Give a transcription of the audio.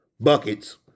buckets